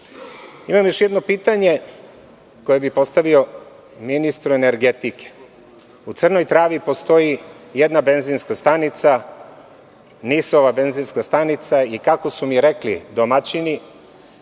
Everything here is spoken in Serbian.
još jedno pitanje koje bih postavio ministru energetike. U Crnoj Travi postoji jedna NIS benzinska stanica i kako su mi rekli domaćini,